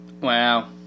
Wow